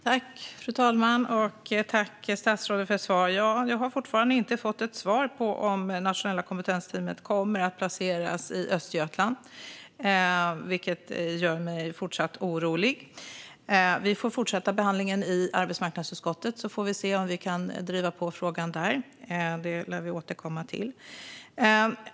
Fru talman! Tack för svar, statsrådet! Jag har dock fortfarande inte fått ett svar på om Nationella kompetensteamet kommer att placeras i Östergötland, vilket gör mig fortsatt orolig. Vi får fortsätta behandlingen i arbetsmarknadsutskottet och se om vi kan driva på frågan där. Det lär vi återkomma till.